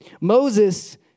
Moses